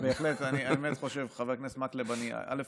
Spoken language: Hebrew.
בהחלט, אני באמת חושב, חבר הכנסת מקלב, א.